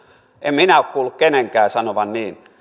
en minä ole kuullut kenenkään sanovan niin